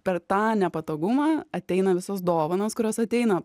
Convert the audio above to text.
per tą nepatogumą ateina visos dovanos kurios ateina